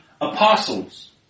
apostles